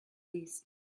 least